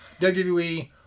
WWE